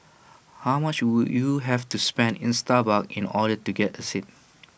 how much would you have to spend in Starbucks in order to get A seat